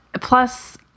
Plus